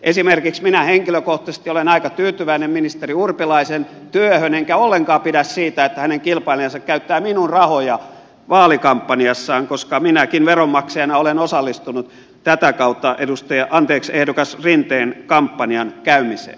esimerkiksi minä henkilökohtaisesti olen aika tyytyväinen ministeri urpilaisen työhön enkä ollenkaan pidä siitä että hänen kilpailijansa käyttävät minun rahoja vaalikampanjassaan koska minäkin veronmaksajana olen osallistunut tätä kautta ehdokas rinteen kampanjan käymiseen